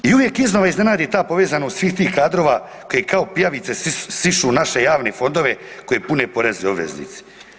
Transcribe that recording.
I uvijek iznova iznenadi ta povezanost svih tih kadrova koje kao pijavice sišu naše javne fondove koji pune porezne obveznice.